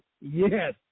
Yes